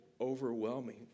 overwhelming